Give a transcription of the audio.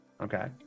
Okay